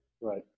Right